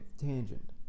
tangent